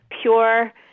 pure